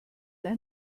ein